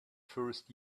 first